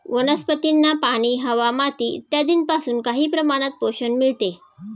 वनस्पतींना पाणी, हवा, माती इत्यादींपासून काही प्रमाणात पोषण मिळते